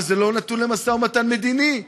אבל זה לא נתון למשא ומתן מדיני,